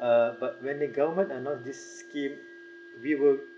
uh but when the government annouced this scheme we will